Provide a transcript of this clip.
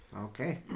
Okay